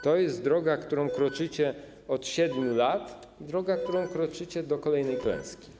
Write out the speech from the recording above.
To jest droga, którą kroczycie od 7 lat, droga, którą kroczycie do kolejnej klęski.